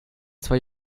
zwar